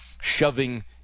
shoving